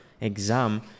exam